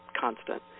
constant